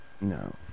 no